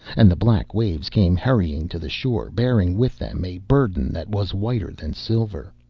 and the black waves came hurrying to the shore, bearing with them a burden that was whiter than silver.